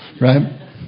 right